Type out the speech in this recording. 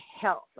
health